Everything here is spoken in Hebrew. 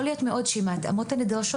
יכול מאוד להיות שעם ההתאמות הנדרשות